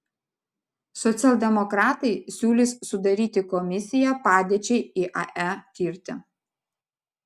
socialdemokratai siūlys sudaryti komisiją padėčiai iae tirti